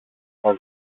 στα